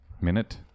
Minute